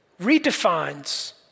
Redefines